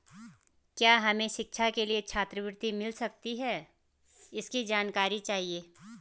क्या हमें शिक्षा के लिए छात्रवृत्ति मिल सकती है इसकी जानकारी चाहिए?